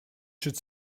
should